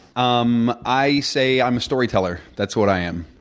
um i say i'm a storyteller. that's what i am.